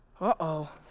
Uh-oh